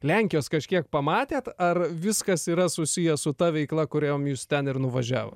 lenkijos kažkiek pamatėt ar viskas yra susiję su ta veikla kuriom jūs ten ir nuvažiavo